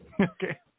Okay